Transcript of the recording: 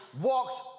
walks